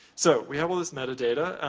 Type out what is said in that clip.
so, we have all this meta data.